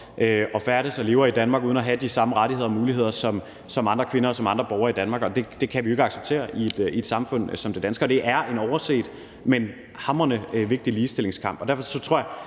op, færdes og lever i Danmark uden at have de samme rettigheder og muligheder som andre kvinder og andre borgere i Danmark. Det kan vi jo ikke acceptere i et samfund som det danske. Det er en overset, men hamrende vigtig ligestillingskamp. Jeg har ikke en